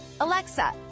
Alexa